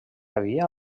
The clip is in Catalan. havia